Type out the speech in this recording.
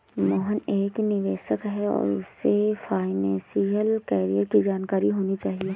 मोहन एक निवेशक है और उसे फाइनेशियल कैरियर की जानकारी होनी चाहिए